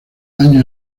año